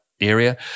area